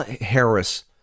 Harris